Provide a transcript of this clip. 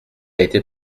été